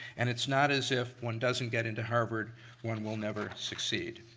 and it's not as if one doesn't get into harvard one will never succeed.